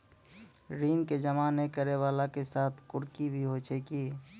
ऋण के जमा नै करैय वाला के साथ कुर्की भी होय छै कि?